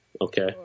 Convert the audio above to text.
Okay